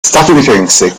statunitense